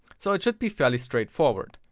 so it should be fairly straight forward.